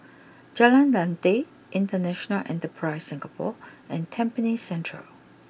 Jalan Lateh International Enterprise Singapore and Tampines Central